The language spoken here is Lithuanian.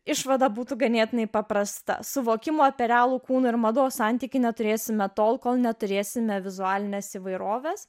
išvada būtų ganėtinai paprasta suvokimo apie realų kūną ir mados santykį neturėsime tol kol neturėsime vizualinės įvairovės